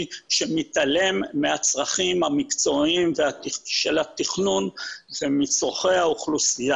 שמתעלם מהצרכים המקצועיים של התכנון ומצורכי הציבור.